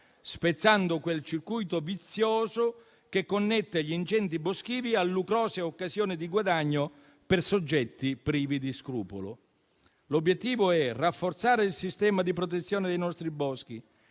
spezzando quel circuito vizioso che connette gli incendi boschivi a lucrose occasioni di guadagno per soggetti privi di scrupolo. L'obiettivo è rafforzare il sistema di protezione dei nostri boschi